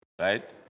right